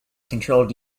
controlled